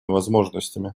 возможностями